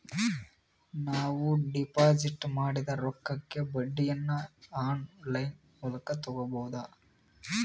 ನಾವು ಡಿಪಾಜಿಟ್ ಮಾಡಿದ ರೊಕ್ಕಕ್ಕೆ ಬಡ್ಡಿಯನ್ನ ಆನ್ ಲೈನ್ ಮೂಲಕ ತಗಬಹುದಾ?